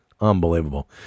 Unbelievable